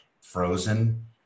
frozen